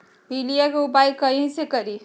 पीलिया के उपाय कई से करी?